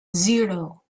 zero